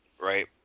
right